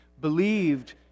believed